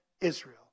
Israel